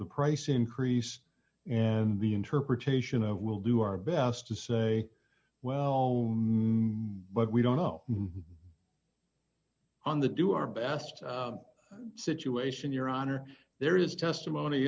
price increase and the interpretation of we'll do our best to say well but we don't know on the do our best situation your honor there is testimony